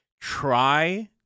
try